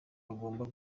bagomba